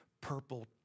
purple